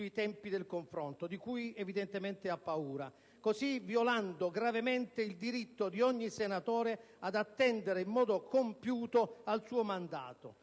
sui tempi del confronto, di cui evidentemente ha paura, così violando gravemente il diritto di ogni senatore ad attendere in modo compiuto al suo mandato.